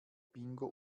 bingo